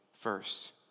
first